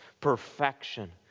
perfection